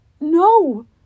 No